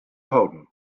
holden